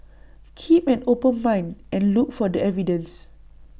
keep an open mind and look for the evidence